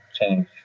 change